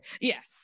yes